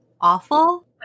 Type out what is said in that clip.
awful